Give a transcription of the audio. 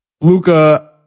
Luca